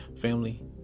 Family